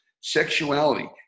sexuality